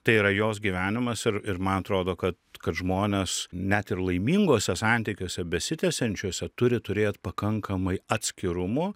tai yra jos gyvenimas ir ir man atrodo kad kad žmonės net ir laiminguose santykiuose besitęsiančiuose turi turėt pakankamai atskirumo